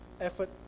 effort